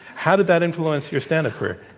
how did that influence your standup career?